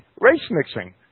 race-mixing